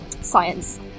science